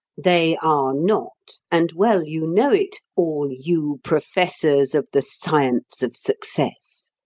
they are not, and well you know it, all you professors of the science of success!